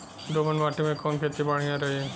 दोमट माटी में कवन खेती बढ़िया रही?